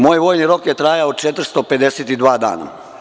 Moj vojni rok je trajao 452 dana.